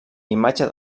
imatge